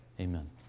Amen